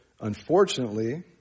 Unfortunately